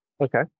Okay